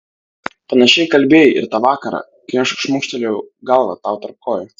panašiai kalbėjai ir tą vakarą kai aš šmukštelėjau galvą tau tarp kojų